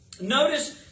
notice